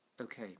Okay